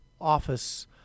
office